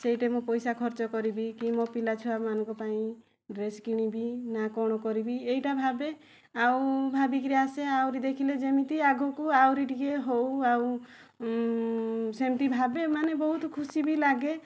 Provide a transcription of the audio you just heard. ସେଇଟା ମୁଁ ପଇସା ଖର୍ଚ୍ଚ କରିବି କି ମୋ' ପିଲାଛୁଆମାନଙ୍କ ପାଇଁ ଡ୍ରେସ୍ କିଣିବି ନା କଣ କରିବି ଏଇଟା ଭାବେ ଆଉ ଭାବିକରି ଆସେ ଆହୁରି ଦେଖିଲେ ଯେମିତି ଆଗୁକୁ ଆହୁରି ଟିକେ ହଉ ଆଉ ସେମିତି ଭାବେ ମାନେ ବହୁତ ଖୁସି ବି ଲାଗେ